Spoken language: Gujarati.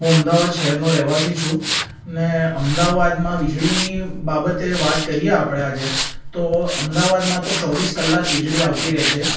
હું અમદાવાદ શહેરનો રહેવાસી છું ને અમદાવાદમાં વીજળીની બાબતે વાત કરીએ આપણે આજે તો અમદાવાદમાં તો ચોવીસ કલાક વીજળી આવતી રહે છે